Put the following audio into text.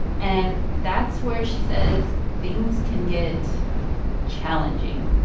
and that's where she says things can get challenging